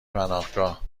پناهگاه